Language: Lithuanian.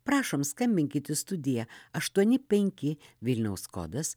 prašom skambinkit į studiją aštuoni penki vilniaus kodas